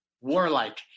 warlike